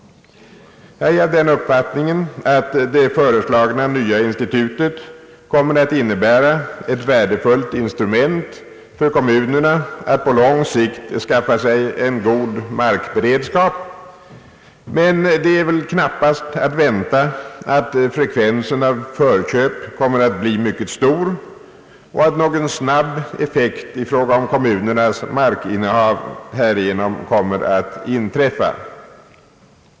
Jag har den uppfattningen att det föreslagna nya institutet blir ett värdefullt instrument för kommunerna att på lång sikt skaffa sig en god markberedskap, men det är knappast att vänta att frekvensen av förköp kommer att bli mycket stor och att någon snabb effekt i fråga om kommunernas markinnehav härigenom kommer att inträda.